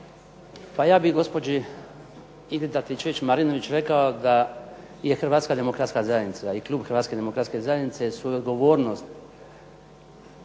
Pa ja bi gospođi Ingrid Antičević Marinović rekao da je Hrvatska demokratska zajednica i klub Hrvatske demokratske zajednice svoju odgovornost